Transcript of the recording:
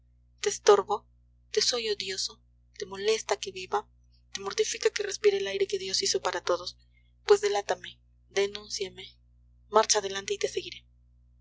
estorbo te soy odioso te molesta que viva te mortifica que respire el aire que dios hizo para todos pues delátame denúnciame marcha delante y te seguiré